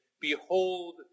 behold